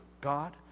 God